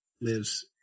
lives